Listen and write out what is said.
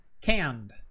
canned